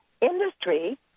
Industry